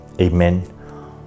Amen